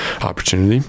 opportunity